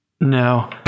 no